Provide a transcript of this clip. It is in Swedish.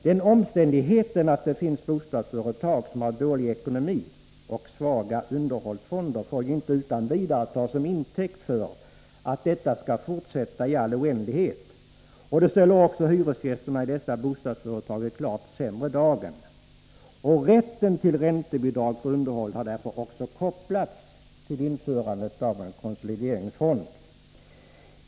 Den omständigheten att det finns bostadsföretag som har dålig ekonomi och svaga underhållsfonder får ju inte utan vidare tas till intäkt för att detta skall fortsätta i all oändlighet. Det ställer ju också hyresgästerna i dessa bostadsföretag i en klart sämre dager. Rätten till räntebidrag för underhåll har därför kopplats till införandet av en konsolideringsfond.